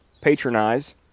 patronize